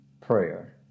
prayer